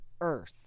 earth